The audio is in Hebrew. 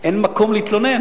אין מקום להתלונן,